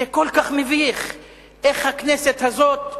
זה כל כך מביך איך הכנסת הזאת,